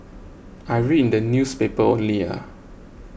I read in the newspaper only